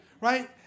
right